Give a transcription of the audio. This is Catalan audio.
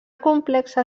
complexa